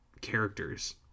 characters